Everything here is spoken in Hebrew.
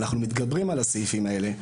אנחנו מתגברים על הסעיפים האלה,